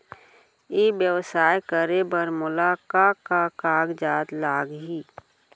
ई व्यवसाय करे बर मोला का का कागजात लागही?